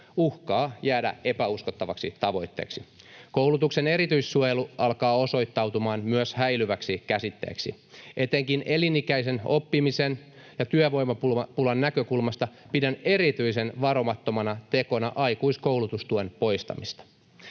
uhkaa jäädä epäuskottavaksi tavoitteeksi. Myös koulutuksen erityissuojelu alkaa osoittautumaan häilyväksi käsitteeksi. Etenkin elinikäisen oppimisen ja työvoimapulan näkökulmasta pidän erityisen varomattomana tekona aikuiskoulutustuen poistamista.